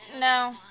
No